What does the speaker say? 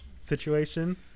situation